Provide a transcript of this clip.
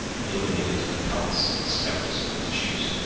building it into the toughest and stoutest of tissues.